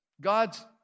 God's